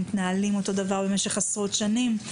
הם מתנהלים אותו דבר במשך עשרות שנים.